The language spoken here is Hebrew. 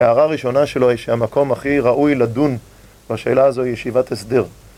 הערה הראשונה שלו היא שהמקום הכי ראוי לדון בשאלה הזו היא ישיבת הסדר.